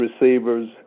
receivers